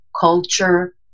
culture